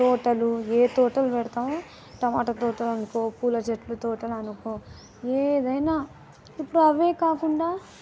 ఆ తోటలు ఏ తోటలు పెడతామో టమాటా తోటలు అనుకో పూల చెట్లు తోటలు అనుకో ఏదైనా ఇప్పుడు అవే కాకుండా